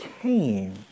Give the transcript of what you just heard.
came